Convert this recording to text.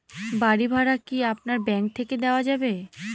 বাড়ী ভাড়া কি আপনার ব্যাঙ্ক থেকে দেওয়া যাবে?